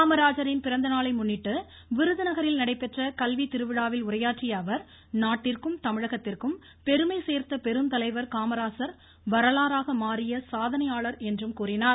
காமராஜரின் பிறந்தநாளை முன்னிட்டு விருதுநகரில் நடைபெற்ற கல்வி திருவிழாவில் உரையாற்றிய அவர் நாட்டிற்கும் தமிழகத்திற்கும் பெருமை சேர்த்த பெருந்தலைவர் காமராஜர் வரலாறாக மாறிய சாதனையாளர் என்றும் கூறினார்